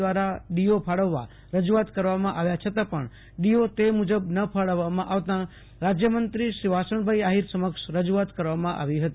દ્રારા ડીઓ ફાળવવા રજુઆત કરવામાં આવ્યા છતાં પણ ડીઓ તે મુજબ ન ફાળવવામાં આવતા રાજયમંત્રી વાસણભાઈ આહિર સમક્ષ રજુઆત કરવામાં આવી હતી